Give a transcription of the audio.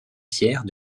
pierre